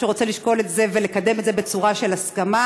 שרוצה לשקול את זה ולקדם את זה בצורה של הסכמה.